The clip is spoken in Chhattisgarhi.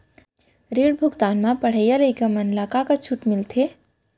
ऋण भुगतान म पढ़इया लइका मन ला का का छूट मिलथे?